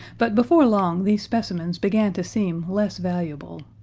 but before long these specimens began to seem less valuable.